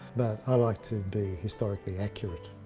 but i like to be historically accurate,